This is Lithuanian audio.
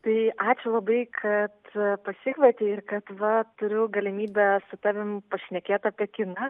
tai ačiū labai kad pasikvietei ir kad va turiu galimybę su tavim pašnekėt apie kiną